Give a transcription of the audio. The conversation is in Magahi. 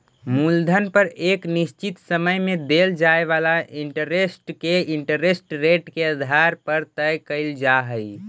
मूलधन पर एक निश्चित समय में देल जाए वाला इंटरेस्ट के इंटरेस्ट रेट के आधार पर तय कईल जा हई